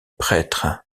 prêtre